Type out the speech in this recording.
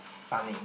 funny